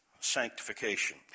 sanctification